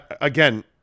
again